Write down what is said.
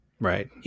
Right